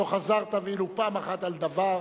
לא חזרת ואילו פעם אחת על דבר.